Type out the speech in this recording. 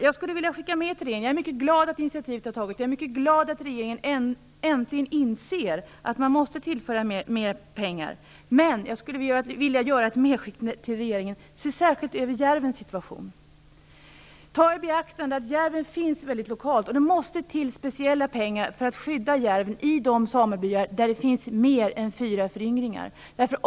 Jag är mycket glad att det här initiativet är taget och att regeringen äntligen inser att man måste tillföra mer pengar, men jag skulle ändå vilja framföra följande till regeringen: Se särskilt över järvens situation! Ta i beaktande att järvens förekomst är mycket lokal! Det måste till speciella pengar för att skydda järven i de samebyar där det finns mer än fyra föryngringar.